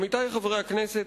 עמיתי חברי הכנסת,